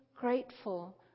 grateful